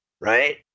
right